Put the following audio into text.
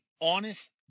honest